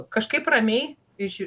kažkaip ramiai iš